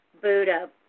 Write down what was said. Buddha